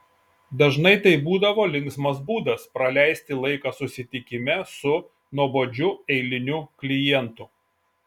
dažnai tai būdavo linksmas būdas praleisti laiką susitikime su nuobodžiu eiliniu klientu